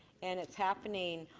and it's happening